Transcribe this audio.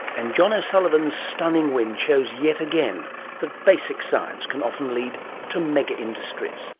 and john o'sullivan's stunning win shows yet again that basic science can often lead to mega industries